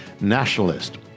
nationalist